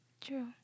True